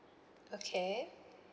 okay